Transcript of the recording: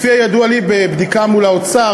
לפי הידוע לי בבדיקה מול האוצר,